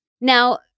Now